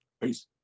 peace